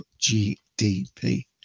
GDP